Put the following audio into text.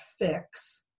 fix